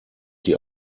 die